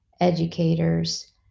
educators